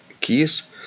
keys